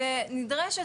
נדרשת,